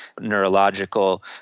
neurological